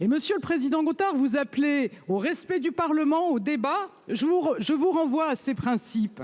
Monsieur le Président Gothard vous appeler au respect du Parlement au débat je vous je vous renvoie à ses principes.